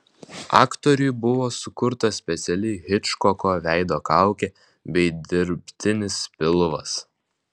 aktoriui buvo sukurta speciali hičkoko veido kaukė bei dirbtinis pilvas